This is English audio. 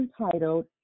entitled